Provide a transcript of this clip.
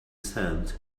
sand